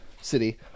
city